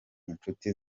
inshuti